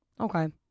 Okay